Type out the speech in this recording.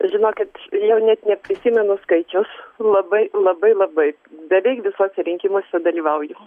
žinokit jau net neprisimenu skaičiaus labai labai labai beveik visuose rinkimuose dalyvauju